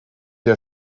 den